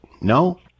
no